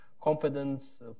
confidence